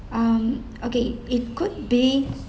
um okay it could be